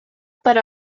per